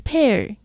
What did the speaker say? Pair